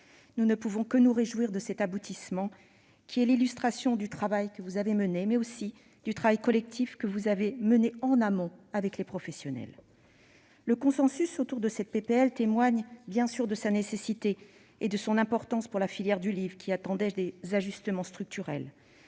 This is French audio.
Nous ne pouvons que nous réjouir de cet aboutissement, qui est l'illustration du travail collectif que vous avez mené en amont avec les professionnels. Le consensus autour de la proposition de loi témoigne, bien sûr, de sa nécessité et de son importance pour la filière du livre qui attendait des ajustements structurels.